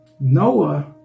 Noah